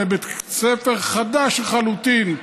בבית ספר חדש לחלוטין,